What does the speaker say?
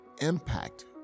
impact